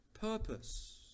purpose